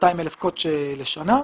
200,000 קוטש לשנה.